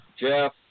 Jeff